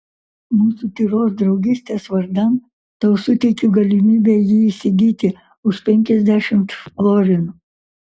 mūsų tyros draugystės vardan tau suteikiu galimybę jį įsigyti už penkiasdešimt florinų